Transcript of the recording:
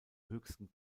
höchsten